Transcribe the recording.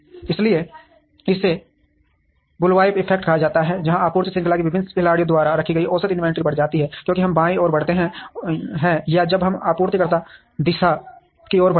इसलिए इसे bullwhip effect कहा जाता है जहां आपूर्ति श्रृंखला में विभिन्न खिलाड़ियों द्वारा रखी गई औसत इन्वेंट्री बढ़ जाती है क्योंकि हम बाईं ओर बढ़ते हैं या जब हम आपूर्तिकर्ता दिशा की ओर बढ़ते हैं